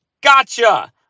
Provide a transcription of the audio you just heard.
Gotcha